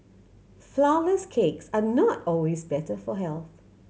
flourless cakes are not always better for health